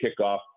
kickoff